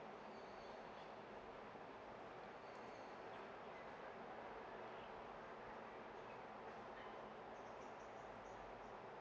hmm